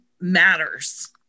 matters